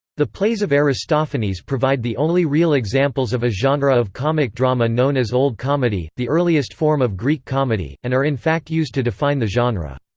the plays of aristophanes provide the only real examples of a genre of comic drama known as old comedy, the earliest form of greek comedy, and are in fact used to define the genre.